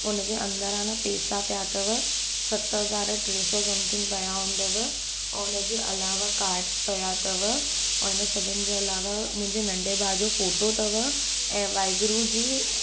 हुन जे अंदरि आहे न पैसा पिया अथव सत हज़ार टे सौ समथिंग पिया हूंदव ऐं हुन जे अलावा काडस पिया अथव ऐं हिन सभिनि जे अलावा मुंहिंजे नंढे भाउ जो फ़ोटो अथव ऐं वाहेगुरू जी